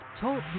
Talk